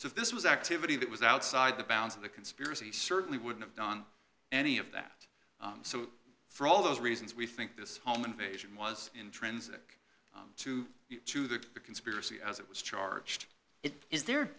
if this was activity that was outside the bounds of the conspiracy he certainly wouldn't have done any of that so for all those reasons we think this home invasion was intrinsic to to the conspiracy as it was charged it is the